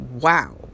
wow